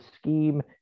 scheme